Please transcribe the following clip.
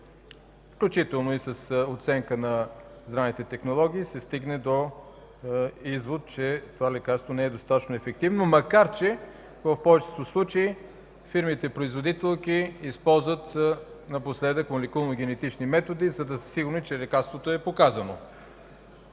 включително и с оценка на здравните технологии се стигне до извод, че това лекарство не е достатъчно ефективно, макар че в повечето случаи фирмите производителки използват напоследък молекулно-генетични методи, за да са сигурни, че лекарството е показно.